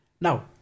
Now